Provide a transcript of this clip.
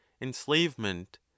enslavement